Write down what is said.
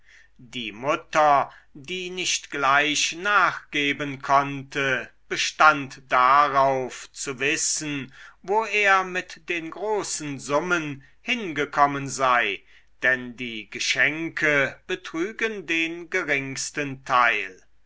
die mutter die nicht gleich nachgeben konnte bestand darauf zu wissen wo er mit den großen summen hingekommen sei denn die geschenke betrügen den geringsten teil